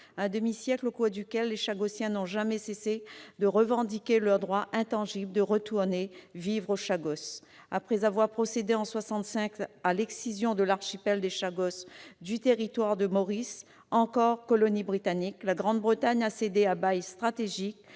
un demi-siècle, les Chagossiens n'ont jamais cessé de revendiquer leur droit intangible de retourner vivre aux Chagos. Après avoir procédé, en 1965, à l'excision de l'archipel des Chagos du territoire de Maurice, encore colonie britannique, la Grande-Bretagne a cédé, au moyen d'un